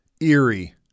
eerie